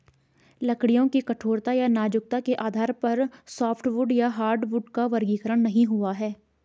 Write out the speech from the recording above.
लकड़ियों की कठोरता या नाजुकता के आधार पर सॉफ्टवुड या हार्डवुड का वर्गीकरण नहीं हुआ है